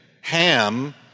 ham